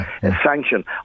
Sanction